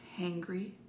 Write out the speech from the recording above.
hangry